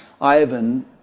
Ivan